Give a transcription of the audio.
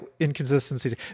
inconsistencies